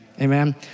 Amen